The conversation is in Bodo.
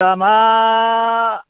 दामा